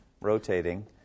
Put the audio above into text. rotating